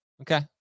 Okay